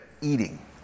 eating